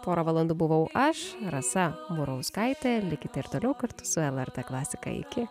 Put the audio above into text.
porą valandų buvau aš rasa murauskaitė likite ir toliau kartu su lrt klasika iki